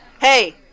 Hey